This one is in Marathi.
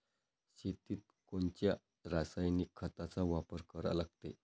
शेतीत कोनच्या रासायनिक खताचा वापर करा लागते?